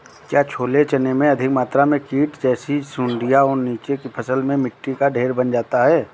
क्या छोले चने में अधिक मात्रा में कीट जैसी सुड़ियां और नीचे की फसल में मिट्टी का ढेर बन जाता है?